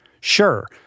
sure